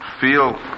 feel